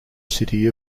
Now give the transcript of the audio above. city